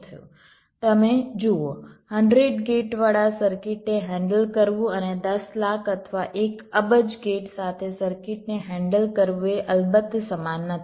તમે જુઓ 100 ગેટ વાળા સર્કિટને હેન્ડલ કરવું અને દસ લાખ અથવા 1 અબજ ગેટ સાથે સર્કિટને હેન્ડલ કરવું એ અલબત્ત સમાન નથી